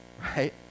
Right